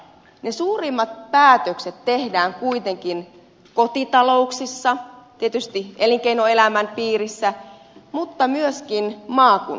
mutta suurimmat päätökset tehdään kuitenkin kotitalouksissa tietysti elinkeinoelämän piirissä mutta myöskin maakunnissa